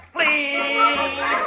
Please